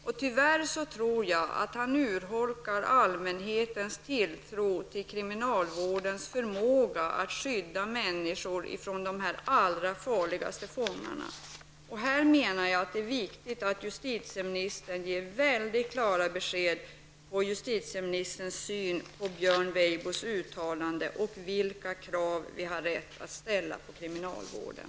Tyvärr tror jag att han urholkar allmänhetens tilltro till kriminalvårdens förmåga att skydda människor från de allra farligaste fångarna. Jag anser att det är mycket viktigt att justitieministern här ger väldigt klara besked om sin syn på Björn Weibos uttalande och om vilka krav vi har rätt att ställa på kriminalvården.